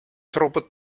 troppo